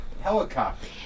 helicopter